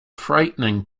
frightening